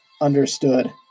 understood